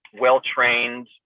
well-trained